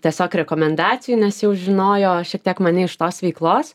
tiesiog rekomendacijų nes jau žinojo šiek tiek mane iš tos veiklos